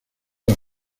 las